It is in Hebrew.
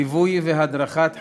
ליווי והדרכת חייבים,